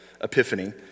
epiphany